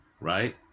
Right